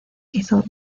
hizo